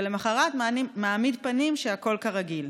ולמוחרת מעמיד פנים שהכול כרגיל.